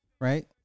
Right